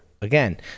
again